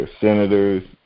senators